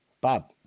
Bob